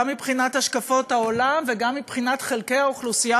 גם מבחינת השקפות העולם וגם מבחינת חלקי האוכלוסייה,